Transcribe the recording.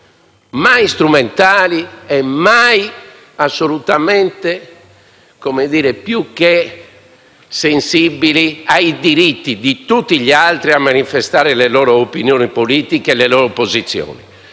mai strumentali, ma assolutamente più che sensibili ai diritti di tutti gli altri a manifestare le loro opinioni politiche e le loro posizioni.